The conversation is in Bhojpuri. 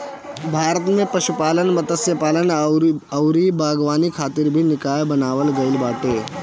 भारत में पशुपालन, मत्स्यपालन अउरी बागवानी खातिर भी निकाय बनावल गईल बाटे